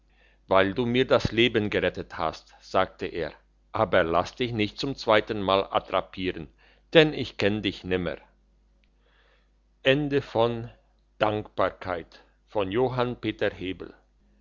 weil du mir das leben gerettet hast sagte er aber lass dich nicht zum zweiten mal attrapieren denn ich kenne dich nimmer